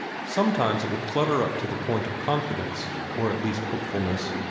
sometimes it would flutter up to the point of confidence, or at least hopefulness,